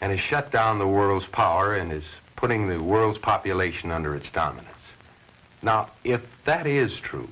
and it shut down the world's power and is putting the world's population under its dominance not if that is true